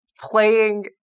playing